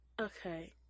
okay